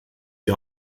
die